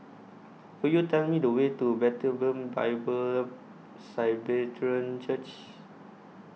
Could YOU Tell Me The Way to Bethlehem Bible Church